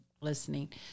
listening